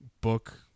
book